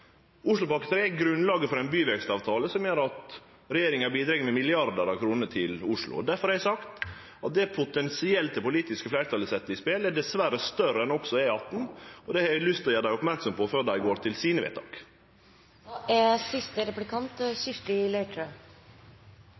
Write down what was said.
er grunnlaget for ein byvekstavtale som gjer at regjeringa bidreg med milliardar av kroner til Oslo. Difor har eg sagt at det som det politiske fleirtalet potensielt sett i spel, dessverre er større enn E18. Det har eg lyst til å gjere dei merksame på før dei gjer vedtak. Statsråden nevnte ikke rassikring med ett ord i sitt innlegg, og det er